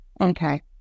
Okay